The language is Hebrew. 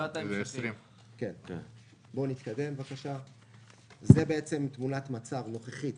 זה תמונת מצב נוכחית